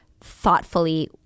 thoughtfully